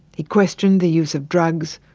he questioned the use of drugs,